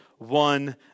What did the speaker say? One